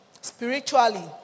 spiritually